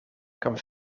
kwam